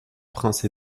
prince